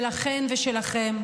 שלכן ושלכם,